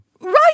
Right